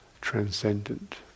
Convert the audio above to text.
transcendent